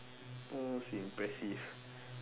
most impressive